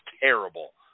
terrible